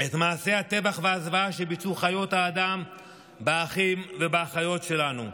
את מעשי הטבח והזוועה שביצעו חיות האדם באחים ובאחיות שלנו.